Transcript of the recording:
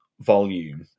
volume